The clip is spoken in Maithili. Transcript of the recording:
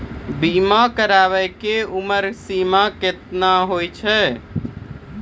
बीमा कराबै के उमर सीमा केतना होय छै?